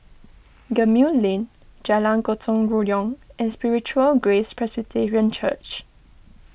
Gemmill Lane Jalan Gotong Royong and Spiritual Grace Presbyterian Church